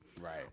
right